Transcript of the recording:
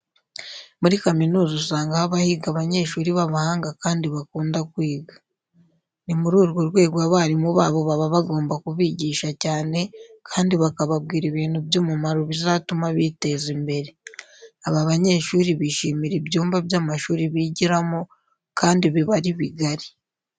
Muri kamuniza usanga haba higa abanyeshuri b'abahanga kandi bakunda kwiga. Ni muri urwo rwego abarimu babo baba bagomba kubigisha cyane kandi bakababwira ibintu by'umumaro bizatuma biteza imbere. Aba banyeshuri bishimira ibyumba by'amashuri bigiramo kuko biba ari bigari.